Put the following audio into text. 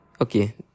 okay